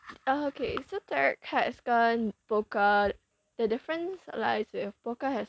okay so tarot cards 跟 poker the difference lies with poker has